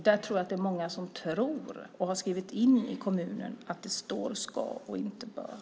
Jag tror att det är många som tror och har skrivit in i kommunen att det står ska och inte bör.